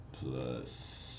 Plus